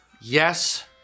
Yes